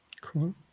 Cool